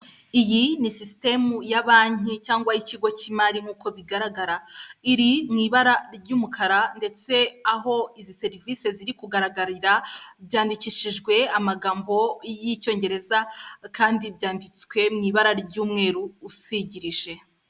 Iyi ni sisitemu ya banki cyangwa ikigo cy'imari nk'uko bigaragara iri ni ibara ry'umukara ndetse aho izi serivisi ziri kugaragarira byandikishijwe amagambo y'icyongereza kandi byanditswe mu ibara ry'umweru usigirije.